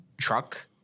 truck